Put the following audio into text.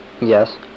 Yes